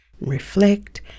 reflect